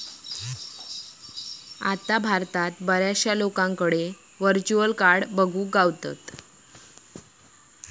आता भारतात बऱ्याचशा लोकांकडे व्हर्चुअल कार्ड बघुक गावतत